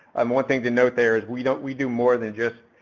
um one thing to note there is we don't, we do more than just,